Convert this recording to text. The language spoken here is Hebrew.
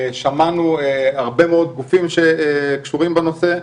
שמענו הרבה מאוד גופים שקשורים בנושא.